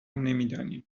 نمیدانیم